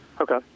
Okay